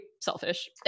selfish